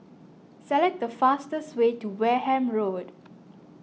select the fastest way to Wareham Road